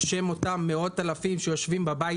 בשם אותם מאות אלפים שיושבים בבית